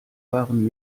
waren